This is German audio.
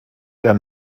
der